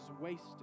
wasted